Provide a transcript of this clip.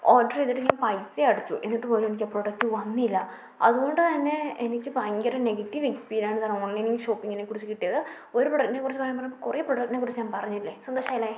order ചെയ്തിട്ട് ഞാൻ പൈസയും അടച്ചു എന്നിട്ടുപോലും എനിക്ക് ആ പ്രോഡക്റ്റ് വന്നില്ല അതുകൊണ്ടുതന്നെ എനിക്ക് ഭയങ്കര നെഗറ്റീവ് എക്സ്പീരിയൻസാണ് ഓൺലൈനിൻ ഷോപ്പിങ്ങിനെക്കുറിച്ച് കിട്ടിയത് ഒരു പ്രൊഡക്ടിനെക്കുറിച്ച് പറയാൻ പറഞ്ഞ് കുറേ പ്രൊഡക്ടിനെക്കുറിച്ച് ഞാൻ പറഞ്ഞില്ലേ സന്തോഷമായില്ലേ